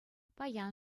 паян